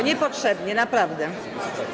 Niepotrzebnie, naprawdę.